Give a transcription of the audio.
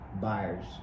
buyers